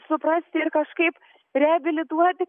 suprasti ir kažkaip rebilituoti